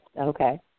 Okay